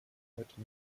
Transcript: heute